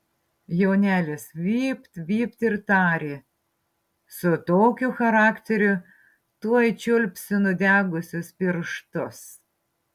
jonelis vypt vypt ir tarė su tokiu charakteriu tuoj čiulpsi nudegusius pirštus